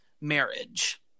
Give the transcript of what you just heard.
marriage